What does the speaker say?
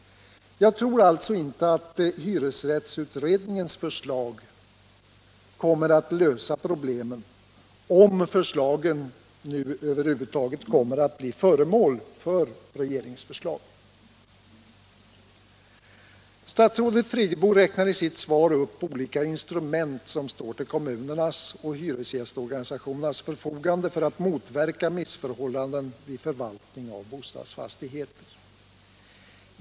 Jag tror alltså inte att hyresrättsutredningens förslag kommer att lösa problemen, om förslagen nu över huvud taget kommer att bli regeringsförslag. Statsrådet Friggebo räknar i sitt svar upp olika instrument, som står till kommunernas och hyresgästorganisationernas förfogande för att motverka missförhållanden vid förvaltning av bostadsfastigheter.